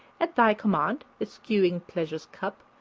at thy command eschewing pleasure's cup,